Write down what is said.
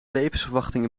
levensverwachting